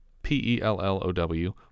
P-E-L-L-O-W